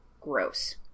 gross